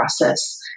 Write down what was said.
process